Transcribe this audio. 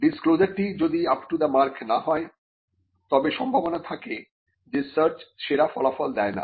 ডিসক্লোজারটি যদি up to the mark না হয় তবে সম্ভবনা থাকে যে সার্চ সেরা ফলাফল দেয় না